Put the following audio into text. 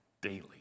daily